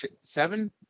seven